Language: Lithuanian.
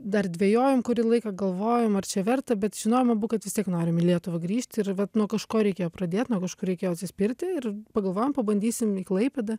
dar dvejojom kurį laiką galvojom ar čia verta bet žinojom abu kad vis tiek norim į lietuvą grįžt ir vat nuo kažko reikėjo pradėt nuo kažkur reikėjo atsispirti ir pagalvojom pabandysim į klaipėdą